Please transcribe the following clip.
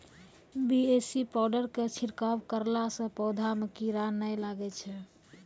BAC powder के छिड़काव करला से पौधा मे कीड़ा नैय लागै छै?